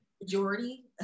majority